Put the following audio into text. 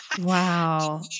Wow